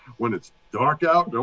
when it's dark out, and